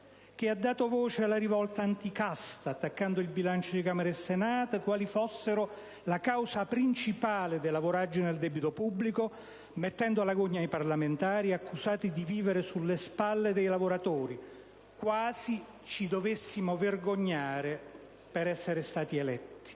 ha dato voce alla rivolta anti-casta, attaccando il bilancio di Camera e Senato quasi fossero la causa principale della voragine del debito pubblico, mettendo alla gogna i parlamentari accusati di «vivere sulle spalle dei lavoratori», quasi ci dovessimo vergognare di essere stati eletti.